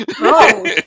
No